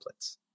templates